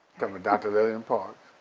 ah dr. lillian parks,